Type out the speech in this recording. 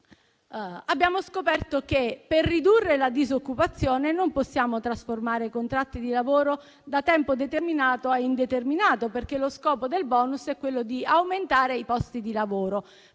Abbiamo scoperto che per ridurre la disoccupazione non possiamo trasformare i contratti di lavoro da tempo determinato a tempo indeterminato, perché lo scopo del *bonus* è quello di aumentare i posti di lavoro,